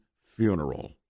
funeral